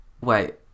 Wait